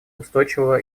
устойчивого